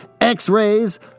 X-rays